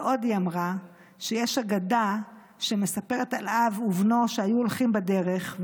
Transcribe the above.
ועוד היא אמרה שיש אגדה שמספרת על אב ובנו שהיו הולכים בדרך,